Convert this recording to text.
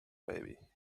baby